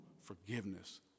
forgiveness